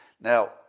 Now